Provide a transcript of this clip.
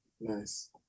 nice